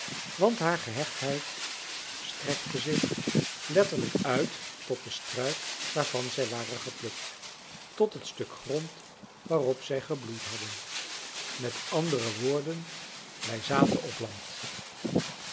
want haar gehechtheid strekte zich letterlijk uit tot de struik waarvan zij waren geplukt tot het stuk grond waarop zij gebloeid hadden met andere woorden wij zaten op land